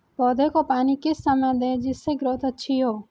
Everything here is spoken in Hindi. पौधे को पानी किस समय दें जिससे ग्रोथ अच्छी हो?